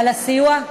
על הסיוע.